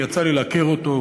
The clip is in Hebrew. יצא לי להכיר אותו,